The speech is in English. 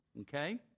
okay